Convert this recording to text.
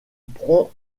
prend